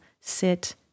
sit